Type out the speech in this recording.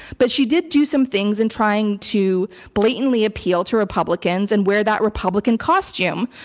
but she did do some things in trying to blatantly appeal to republicans and wear that republican costume.